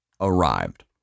arrived